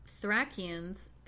Thracians